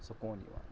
سکوٗن یِوان